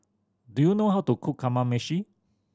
do you know how to cook Kamameshi